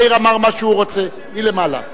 מאיר אמר מה שהוא רוצה, מלמעלה.